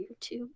YouTube